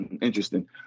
Interesting